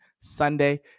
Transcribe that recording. Sunday